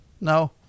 No